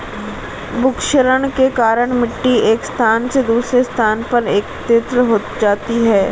भूक्षरण के कारण मिटटी एक स्थान से दूसरे स्थान पर एकत्रित हो जाती है